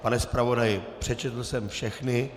Pane zpravodaji, přečetl jsem všechny?